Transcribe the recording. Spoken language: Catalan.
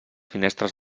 finestres